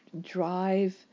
Drive